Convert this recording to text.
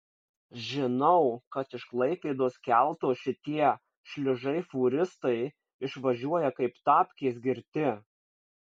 žinau kad iš klaipėdos kelto šitie šliužai fūristai išvažiuoja kaip tapkės girti